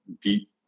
deep